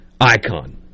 icon